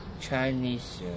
Chinese